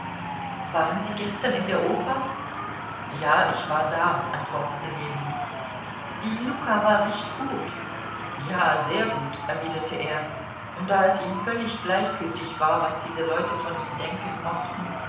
waren sie gestern in der oper ja ich war da antwortete ljewin die lucca war recht gut ja sehr gut erwiderte er und da es ihm völlig gleichgültig war was diese leute von ihm denken mochten